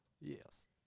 yes